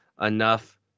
enough